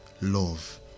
love